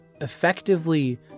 effectively